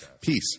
Peace